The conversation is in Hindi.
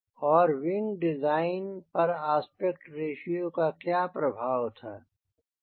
और विंग डिज़ाइन पर आस्पेक्ट रेश्यो का क्या प्रभाव था